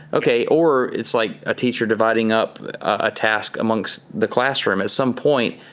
okay. or it's like a teacher dividing up a task amongst the classroom. at some point,